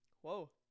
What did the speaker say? whoa